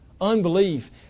Unbelief